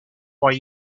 why